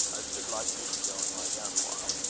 i should like you to go and lie down a while.